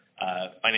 financial